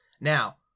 Now